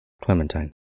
Clementine